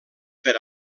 per